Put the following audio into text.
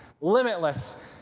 limitless